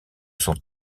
son